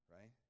Right